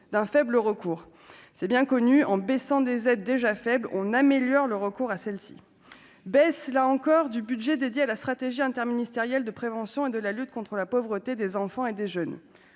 d'un faible recours c'est bien connu, en baissant des aides déjà faible, on améliore le recours à celle-ci baisse là encore du budget dédié à la stratégie interministériel de prévention et de la lutte contre la pauvreté des enfants et des jeunes,